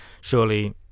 surely